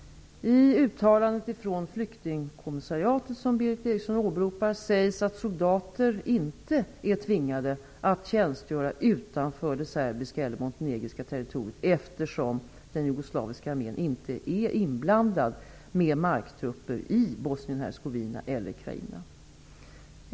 Eriksson åberopar sägs att soldater inte är tvingade att tjänstgöra utanför det serbiska eller montenegrinska territoriet, eftersom, den jugoslaviska armén inte är inblandad med marktrupper i Bosnien-Hercegovina eller Krajina.